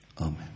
Amen